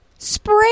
Spray